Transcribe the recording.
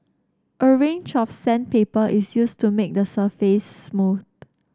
a range of sandpaper is used to make the surface smooth